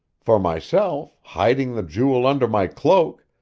for myself, hiding the jewel under my cloak,